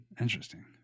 Interesting